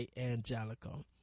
Angelico